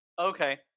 okay